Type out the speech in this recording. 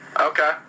Okay